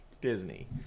disney